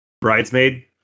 Bridesmaid